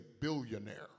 billionaire